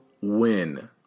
win